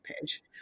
page